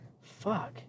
Fuck